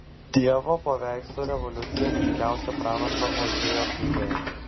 dievo paveikslo revoliucija ryškiausia pranašo ozėjo knygoje